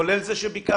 כולל זה שביקשנו